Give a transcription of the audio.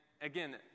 again